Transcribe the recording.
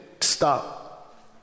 stop